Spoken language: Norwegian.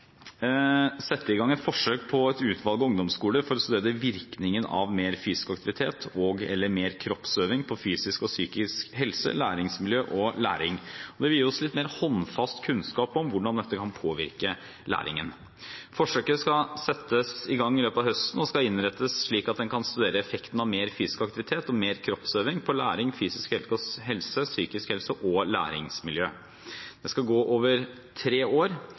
sette i gang et forsøk på et utvalg av ungdomsskoler for å studere virkningen av mer fysisk aktivitet og/eller mer kroppsøving på fysisk og psykisk helse, læringsmiljø og læring. Det vil gi oss litt mer håndfast kunnskap om hvordan dette kan påvirke læringen. Forsøket skal settes i gang i løpet av høsten og skal innrettes slik at en kan studere effekten av mer fysisk aktivitet og mer kroppsøving på læring, fysisk helse, psykisk helse og læringsmiljø. Det skal gå over tre år.